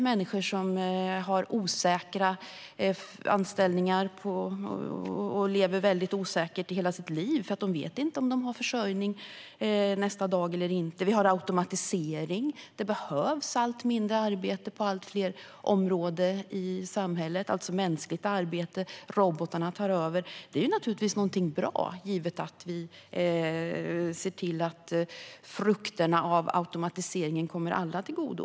Människor har osäkra anställningar och lever väldigt osäkert i hela sitt liv, för de vet ju inte om de har försörjning nästa dag eller inte. Vi har automatiseringen. Det behövs allt mindre mänskligt arbete på allt fler områden i samhället. Robotarna tar över. Det är naturligtvis någonting bra, givet att vi ser till att frukterna av automatiseringen kommer alla till godo.